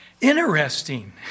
Interesting